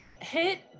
hit